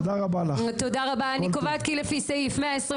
תודה רבה, אני קובעת כי לפי סעיף 120 לתקנון,